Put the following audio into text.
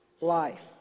life